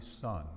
son